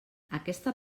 aquesta